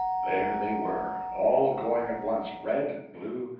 there they were, all going at once, red, blue,